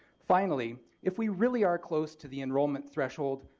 finally if we really are close to the enrollment threshold,